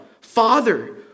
Father